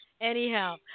Anyhow